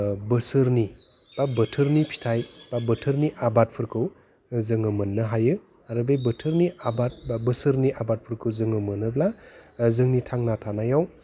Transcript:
बोसोरनि बा बोथोरनि फिथाइ बा बोथोरनि आबादफोरखौ जोङो मोननो हायो आरो बे बोथोरनि आबाद बा बोसोरनि आबादफोरखौ जोङो मोनोब्ला जोंनि थांना थानायाव